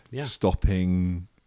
stopping